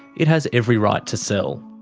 it has every right to sell.